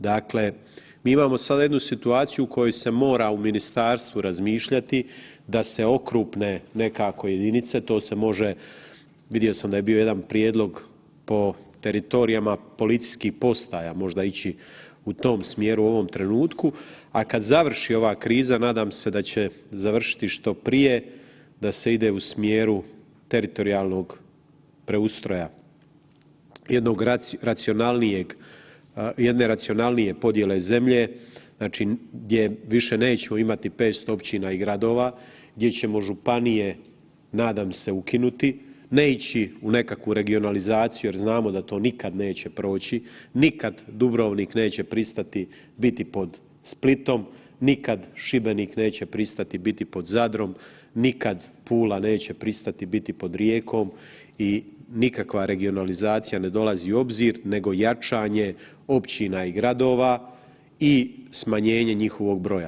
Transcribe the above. Dakle, mi imamo sada jednu situaciju u kojoj se mora u ministarstvu razmišljati da se okrupne nekako jedinice, to se može, vidio sam da je bio jedan prijedlog po teritorijama policijskih postaja, možda ići u tom smjeru u ovom trenutku, a kad završi ova kriza nadam se da će završiti što prije, da se ide u smjeru teritorijalnog preustroja, jednog racionalnijeg, jedne racionalnije podijele zemlje, znači gdje više nećemo imati 500 općina i gradova, gdje ćemo županije, nadam se, ukinuti, ne ići u nekakvu regionalizaciju jer znamo da to nikad neće proći, nikad Dubrovnik neće pristati biti pod Splitom, nikad Šibenik neće pristati biti pod Zadrom, nikad Pula neće pristati biti pod Rijekom i nikakva regionalizacija ne dolazi u obzir nego jačanje općina i gradova i smanjenje njihovog broja.